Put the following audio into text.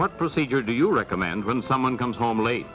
what procedure do you recommend when someone comes home late